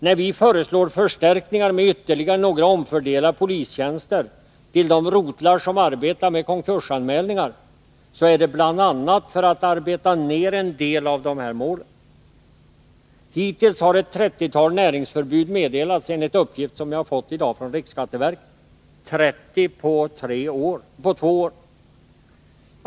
När vi föreslår förstärkningar med ytterligare några omfördelade polistjänster till de rotlar som arbetar med konkursanmälningar, sker det bl.a. därför att vi vill arbeta av en del av dessa mål. Enligt uppgift som jag i dag har fått från riksskatteverket har hittills ett trettiotal näringsförbud meddelats. Trettio på två år!